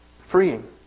freeing